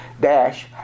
dash